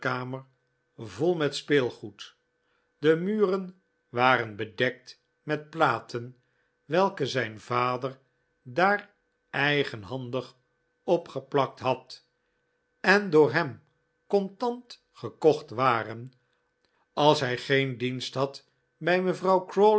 vol met speelgoed de muren waren bedekt met platen welke zijn vader daar eigenhandig opgeplakt had en door hem contant gekocht waren als hij geen dienst had bij mevrouw